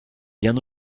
bien